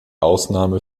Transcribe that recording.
ausnahme